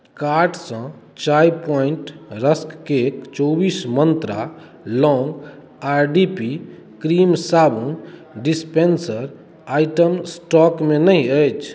कार्टसँ Chai Point rusk cake चौबीस मन्त्रा लौंग आ डी पी क्रीम साबुन डिस्पेन्सर आइटम स्टॉकमे नहि अछि